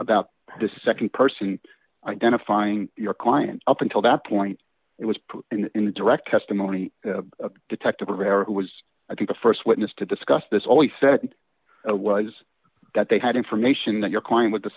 about the nd person identifying your client up until that point it was put into direct testimony of detective rivera who was i think the st witness to discuss this always said it was that they had information that you're going with the